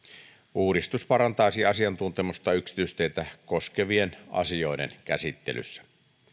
uudistus parantaisi asiantuntemusta yksityisteitä koskevien asioiden käsittelyssä